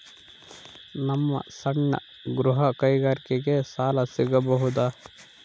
ನಮ್ಮ ಸಣ್ಣ ಗೃಹ ಕೈಗಾರಿಕೆಗೆ ಸಾಲ ಸಿಗಬಹುದಾ?